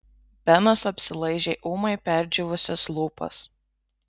benas apsilaižė ūmai perdžiūvusias lūpas